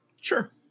Sure